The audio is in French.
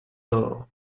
door